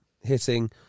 hitting